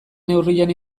neurrian